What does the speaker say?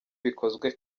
bikozwe